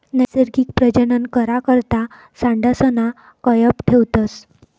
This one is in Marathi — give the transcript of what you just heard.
नैसर्गिक प्रजनन करा करता सांडसना कयप ठेवतस